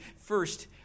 first